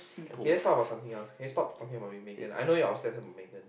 can you start about something else can you stop talking about Megan I know you're obsessed with Megan